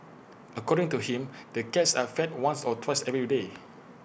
according to him the cats are fed once or twice every day